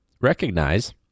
recognize